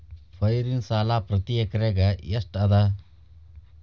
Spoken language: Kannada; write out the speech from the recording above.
ಪೈರಿನ ಸಾಲಾ ಪ್ರತಿ ಎಕರೆಗೆ ಎಷ್ಟ ಅದ?